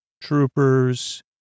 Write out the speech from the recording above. troopers